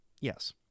yes